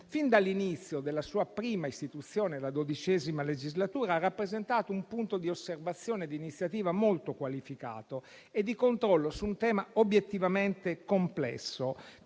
Fin dall'inizio, dalla sua prima istituzione durante la XII legislatura, ha rappresentato un punto di osservazione e di iniziativa molto qualificato e di controllo su un tema obiettivamente complesso,